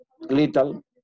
little